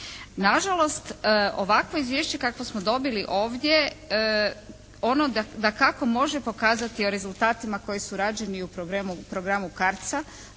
Nažalost ovakvo izvješće kakvo smo dobili ovdje ono dakako može pokazati o rezultatima koji su rađeni u programu CARDS-a,